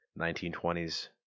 1920s